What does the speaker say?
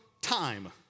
time